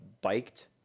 biked